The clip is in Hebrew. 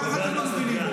דבר אחד אתם לא מבינים,